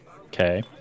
Okay